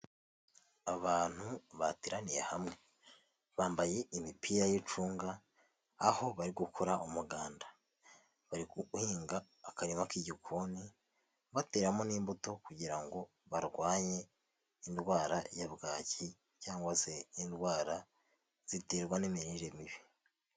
Abantu bateraniye hamwe bambaye imipira y'icunga aho bari gukora umuganda bari guhinga akarima k'igikoni bateramo n'imbuto kugira ngo barwanye indwara ya bwaki cyangwa se indwara ziterwa n'imirire mibi.